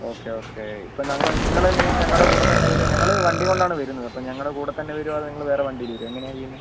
okay okay ഇപ്പോൾ നിങ്ങളെങ്ങനെയാണ് ഞങ്ങളുടെ കൂടെത്തന്നെ വരുവോ ഞങ്ങൾ വണ്ടിയും കൊണ്ടാണ് വരുന്നത് അപ്പോൾ ഞങ്ങളുടെ കൂടെത്തന്നെ വരുവോ അതോ വേറെ വണ്ടിയിൽ വരുവോ എങ്ങനെയാണ് ചെയ്യുന്നത്